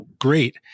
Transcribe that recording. great